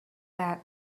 that